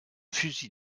fusil